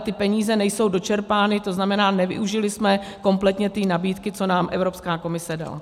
Ty peníze ale nejsou dočerpány, to znamená, nevyužili jsme kompletně nabídky, co nám Evropská komise dala.